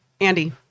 andy